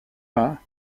pas